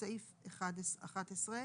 בסעיף 11 - (1)